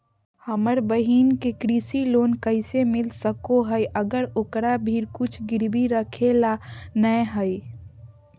हमर बहिन के कृषि लोन कइसे मिल सको हइ, अगर ओकरा भीर कुछ गिरवी रखे ला नै हइ?